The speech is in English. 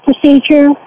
procedure